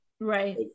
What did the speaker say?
Right